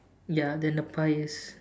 ya then the pie is